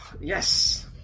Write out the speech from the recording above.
Yes